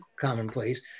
commonplace